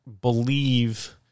believe